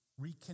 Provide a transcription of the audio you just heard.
reconnect